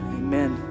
amen